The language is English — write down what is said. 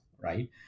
right